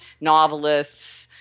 novelists